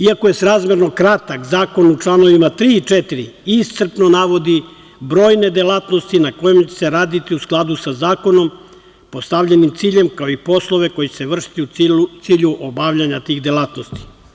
Iako je srazmerno kratak, zakon u članovima 3. i 4. iscrpno navodi brojne delatnosti na kojima će se raditi u skladu sa zakonom, postavljenim ciljem, kao i poslove koji će se vršiti u cilju obavljanja tih delatnosti.